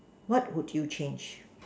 what would you change